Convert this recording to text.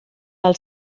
del